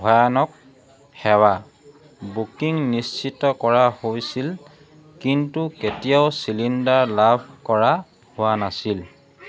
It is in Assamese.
ভয়ানক সেৱা বুকিং নিশ্চিত কৰা হৈছিল কিন্তু কেতিয়াও চিলিণ্ডাৰ লাভ কৰা হোৱা নাছিল